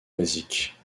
basiques